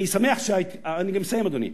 אני מסיים, אדוני.